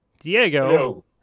Diego